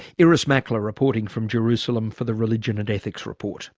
irris makler reporting from jerusalem for the religion and ethics report